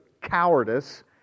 cowardice